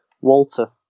Walter